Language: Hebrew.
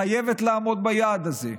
חייבת לעמוד ביעד הזה.